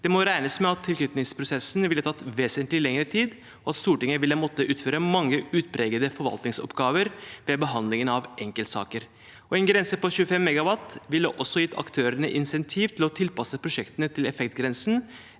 Det må regnes med at tilknytningsprosessene ville tatt vesentlig lengre tid, og at Stortinget ville måtte utføre mange utpregede forvaltningsoppgaver ved behandlingen av enkeltsaker. En grense på 25 MW ville også gitt aktørene insentiv til å tilpasse prosjektene til effektgrensen,